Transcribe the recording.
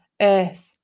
earth